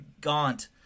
gaunt